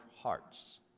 hearts